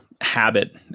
habit